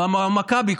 או מכבי,